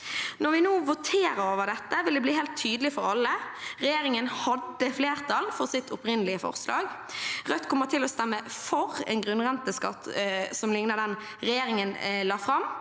Når vi nå voterer over dette, vil det bli helt tydelig for alle. Regjeringen hadde flertall for sitt opprinnelige forslag. Rødt kommer til å stemme for en grunnrenteskatt som ligner den regjeringen la fram,